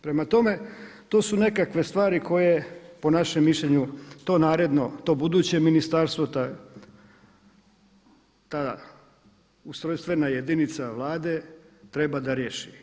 Prema tome, to su nekakve stvari koje po našem mišljenju, to naredno, to budeće ministarstvo, ta ustrojstvena jedinica Vlade treba da riješi.